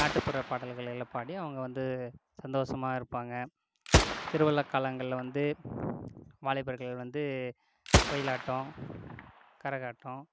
நாட்டுப்புற பாடல்களெல்லாம் பாடி அவங்க வந்து சந்தோஷமா இருப்பாங்க திருவிழா காலங்களில் வந்து வாலிபர்கள் வந்து ஒயிலாட்டம் கரகாட்டம்